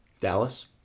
Dallas